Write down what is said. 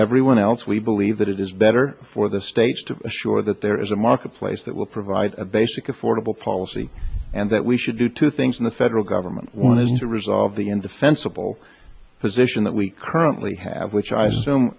everyone else we believe that it is better for the states to assure that there is a marketplace that will provide a basic affordable policy and that we should do two things in the federal government one is to resolve the indefensible position that we currently have which i assume